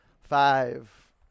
Five